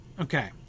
Okay